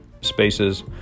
spaces